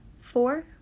four